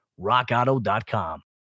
rockauto.com